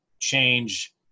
change